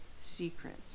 secret